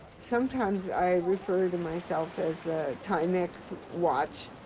sometimes i refer to myself as a timex watch.